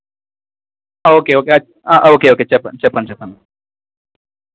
okay okay okay okay చెప్పండి చెప్పండి